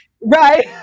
right